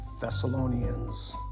Thessalonians